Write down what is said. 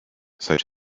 such